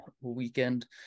weekend